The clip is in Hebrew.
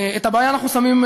את הבעיה אנחנו שמים,